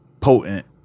potent